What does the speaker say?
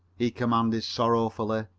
he commanded sorrowfully,